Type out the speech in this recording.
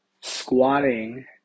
Squatting